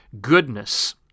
goodness